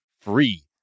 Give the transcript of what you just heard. free